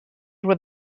where